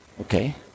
okay